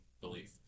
belief